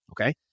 Okay